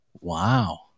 Wow